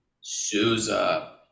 Souza